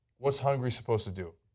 what is hungary supposed to do?